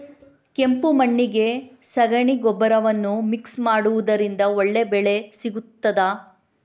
ಕೆಂಪು ಮಣ್ಣಿಗೆ ಸಗಣಿ ಗೊಬ್ಬರವನ್ನು ಮಿಕ್ಸ್ ಮಾಡುವುದರಿಂದ ಒಳ್ಳೆ ಬೆಳೆ ಸಿಗುತ್ತದಾ?